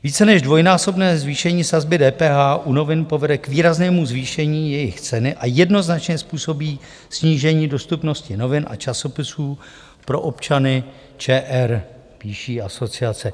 Více než dvojnásobné zvýšení sazby DPH u novin povede k výraznému zvýšení jejich ceny a jednoznačně způsobí snížení dostupnosti novin a časopisů pro občany ČR, píší asociace.